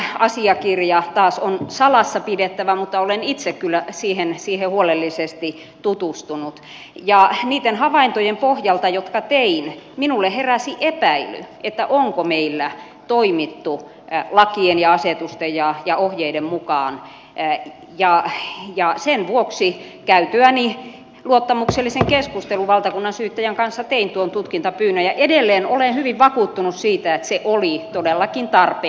tämä asiakirja taas on salassapidettävä mutta olen itse kyllä siihen huolellisesti tutustunut ja niitten havaintojen pohjalta jotka tein minulle heräsi epäily että onko meillä toimittu lakien ja asetusten ja ohjeiden mukaan ja sen vuoksi käytyäni luottamuksellisen keskustelun valtakunnansyyttäjän kanssa tein tuon tutkintapyynnön ja edelleen olen hyvin vakuuttunut siitä että se oli todellakin tarpeen